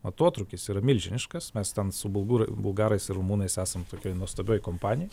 atotrūkis yra milžiniškas mes ten su bulgur bulgarais ir rumunais esam tokioj nuostabioj kompanijoj